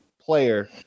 player